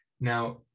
Now